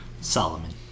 Solomon